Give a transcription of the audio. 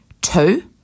Two